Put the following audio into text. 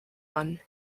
one